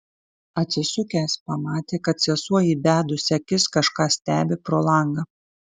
atsisukęs pamatė kad sesuo įbedusi akis kažką stebi pro langą